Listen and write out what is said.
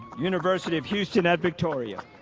university of houston at victoria.